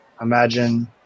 imagine